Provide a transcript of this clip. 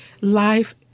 life